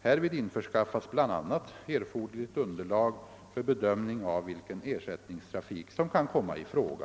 Härvid införskaffas bl.a. erforderligt underlag för bedömning av vilken ersättningstrafik som kan komma i fråga.